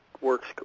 works